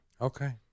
Okay